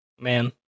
Man